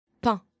Pain